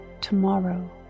Tomorrow